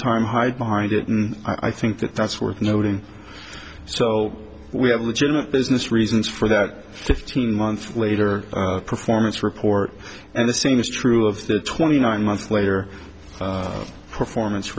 time hide behind it and i think that that's worth noting so we have legitimate business reasons for that fifteen month later performance report and the same is true of the twenty nine months later performance